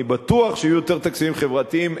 אני בטוח שיהיו יותר תקציבים חברתיים.